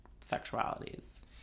sexualities